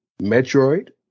Metroid